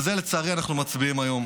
על זה, לצערי, אנחנו מצביעים היום.